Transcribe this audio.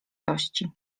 tości